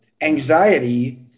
anxiety